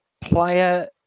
player